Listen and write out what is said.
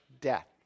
death